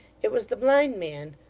it was the blind man.